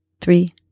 three